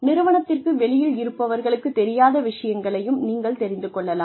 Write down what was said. நிறுவனத்திற்கு வெளியில் இருப்பவர்களுக்கு தெரியாத விஷயங்களையும் நீங்கள் தெரிந்து கொள்ளலாம்